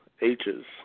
H's